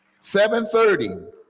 7:30